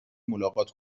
ملاقات